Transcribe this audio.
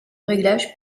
réglage